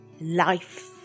life